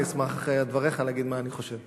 אני אשמח אחרי דבריך להגיד מה אני חושב.